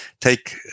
take